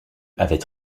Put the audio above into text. avaient